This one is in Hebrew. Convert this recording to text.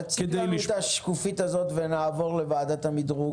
תציג לנו את השקופית הזו ונעבור לנציגי וועדת המדרוג.